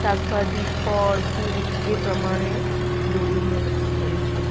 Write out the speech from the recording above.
શાકભાજી ફળ ફૂલ એ પ્રમાણે જોડીઓ મેં નક્કી કરી છે